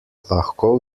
lahko